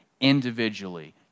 individually